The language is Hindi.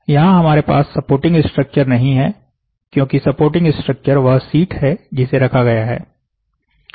यहां हमारे पास सपोर्टिंग स्ट्रक्चर नहीं है क्योंकि सपोर्टिंग स्ट्रक्चर वह शीट है जिसे रखा गया है